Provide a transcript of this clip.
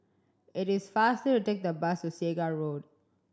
it is faster to take the bus to Segar Road